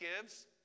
gives